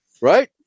right